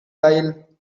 aisle